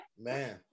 Man